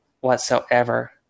whatsoever